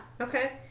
Okay